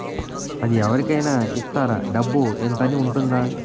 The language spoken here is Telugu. అది అవరి కేనా ఇస్తారా? డబ్బు ఇంత అని ఉంటుందా?